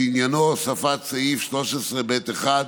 שעניינו הוספת סעיף 13(ב1)